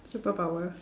superpower